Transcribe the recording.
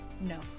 No